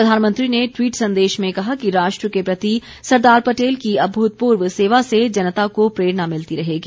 प्रधानमंत्री ने ट्वीट संदेश में कहा कि राष्ट्र के प्रति सरदार पटेल की अभूतपूर्व सेवा से जनता को प्रेरणा मिलती रहेगी